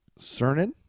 Cernan